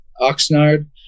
Oxnard